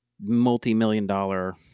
multi-million-dollar